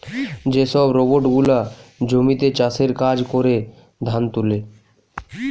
যে সব রোবট গুলা জমিতে চাষের কাজ করে, ধান তুলে